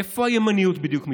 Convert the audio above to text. איפה הימניות בדיוק מתבטאת?